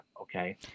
okay